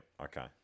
okay